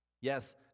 Yes